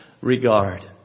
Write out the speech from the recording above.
regard